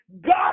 God